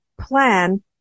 plan